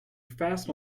fast